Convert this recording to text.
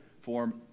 form